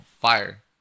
fire